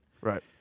Right